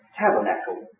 tabernacle